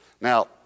Now